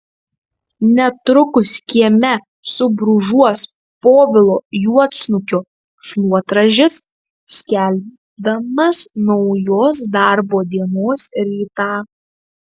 netrukus kieme subrūžuos povilo juodsnukio šluotražis skelbdamas naujos darbo dienos rytą